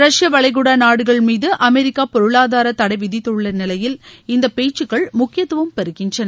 ரஷ்ய வளைகுடா நாடுகள் மீது அமெரிக்கா பொருளாதார தடை விதித்துள்ள நிலையில் இந்த பேச்சுக்கள் முக்கியத்துவம் பெறுகின்றன